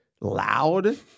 loud